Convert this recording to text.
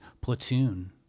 Platoon